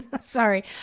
Sorry